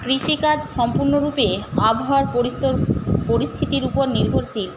কৃষিকাজ সম্পূর্ণ রূপে আবহাওয়ার পরিস্থিতির উপর নির্ভরশীল